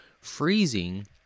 Freezing